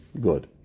good